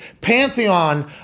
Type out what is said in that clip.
pantheon